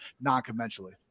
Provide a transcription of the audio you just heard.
non-conventionally